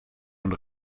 und